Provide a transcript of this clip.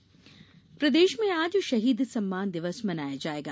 शहीद सम्मान दिवस प्रदेश में आज ष्शहीद सम्मान दिवसः मनाया जायेगा